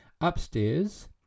Upstairs